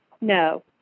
No